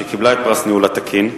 שקיבלה את פרס הניהול התקין,